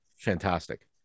Fantastic